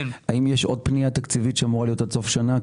האם יש עוד פנייה תקציבית שאמורה להיות עד סוף השנה?